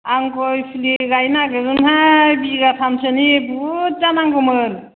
आं गय फुलि गायनो नागिरदोंहाय बिघा थाम सोनि बुरजा नांगौमोन